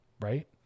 right